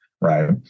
right